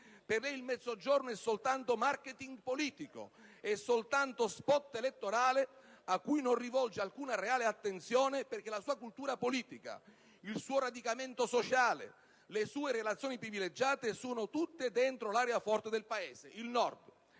Per lei, il Mezzogiorno è soltanto *marketing* politico, è soltanto *spot* elettorale cui non rivolge alcuna reale attenzione, perché la sua cultura politica, il suo radicamento sociale, le sue relazioni privilegiate sono tutte dentro l'area forte del Paese, il Nord.